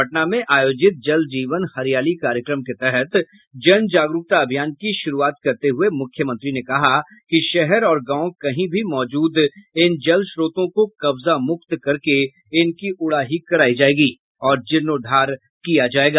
पटना में आयोजित जल जीवन हरियाली कार्यक्रम के तहत जन जागरूकता अभियान की शुरूआत करते हुये मुख्यमंत्री ने कहा कि शहर और गांव कहीं भी मौजूद इन जल स्त्रोतों को कब्जा मुक्त करके इनकी उड़ाही करायी जायेगी और जीर्णोद्वार किया जायेगा